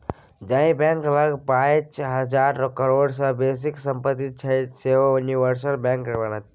जाहि बैंक लग पाच हजार करोड़ सँ बेसीक सम्पति छै सैह यूनिवर्सल बैंक बनत